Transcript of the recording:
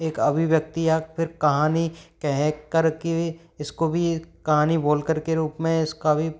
एक अभिव्यक्ति या फिर कहानी कह कर के इसको भी एक कहानी बोल कर के रूप में इसका भी